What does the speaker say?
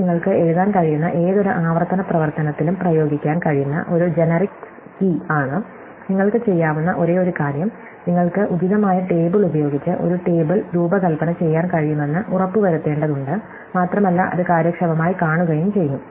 ഇത് നിങ്ങൾക്ക് എഴുതാൻ കഴിയുന്ന ഏതൊരു ആവർത്തന പ്രവർത്തനത്തിലും പ്രയോഗിക്കാൻ കഴിയുന്ന ഒരു ജനറിക്സ് കീ ആണ് നിങ്ങൾക്ക് ചെയ്യാവുന്ന ഒരേയൊരു കാര്യം നിങ്ങൾക്ക് ഉചിതമായ ടേബിൾ ഉപയോഗിച്ച് ഒരു ടേബിൾ രൂപകൽപ്പന ചെയ്യാൻ കഴിയുമെന്ന് ഉറപ്പുവരുത്തേണ്ടതുണ്ട് മാത്രമല്ല അത് കാര്യക്ഷമമായി കാണുകയും ചെയ്യും